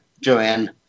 Joanne